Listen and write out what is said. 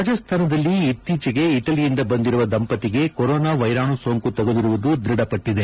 ರಾಜಸ್ತಾನದಲ್ಲಿ ಇತ್ತೀಚೆಗೆ ಇಟಲಿಯಿಂದ ವಾಪಸ್ ಬಂದಿರುವ ದಂಪತಿಗೆ ಕೊರೋನಾ ವೈರಾಣು ಸೋಂಕು ತಗುಲಿರುವುದು ದೃಧಪಟ್ಟಿದೆ